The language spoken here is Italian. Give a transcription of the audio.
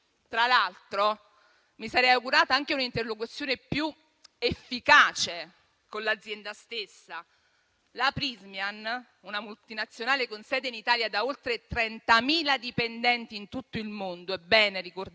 Tra l'altro, mi sarei augurata anche un'interlocuzione più efficace con l'azienda stessa. La Prysmian, una multinazionale con sede in Italia da oltre 30.000 dipendenti in tutto il mondo - è bene ricordarlo